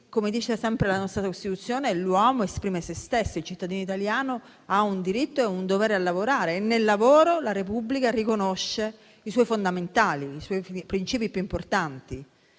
come dice sempre la nostra Costituzione, l'uomo esprime se stesso. Il cittadino italiano ha un diritto e un dovere a lavorare e nel lavoro la Repubblica riconosce i suoi fondamentali, i suoi principi più importanti.